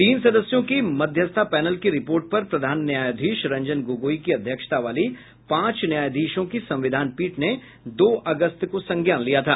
तीन सदस्यों के मध्यस्थता पैनल की रिपोर्ट पर प्रधान न्यायाधीश रंजन गोगोई की अध्यक्षता वाली पांच न्यायाधीशों की संविधान पीठ ने दो अगस्त को संज्ञान लिया था